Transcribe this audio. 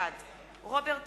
בעד אחמד טיבי, בעד רוברט טיבייב,